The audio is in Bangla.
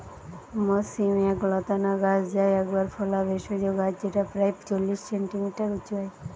মথ শিম এক লতানা গাছ যা একবার ফলা ভেষজ গাছ যেটা প্রায় চল্লিশ সেন্টিমিটার উঁচু হয়